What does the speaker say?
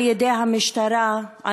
על-ידי המשטרה,